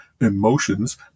emotions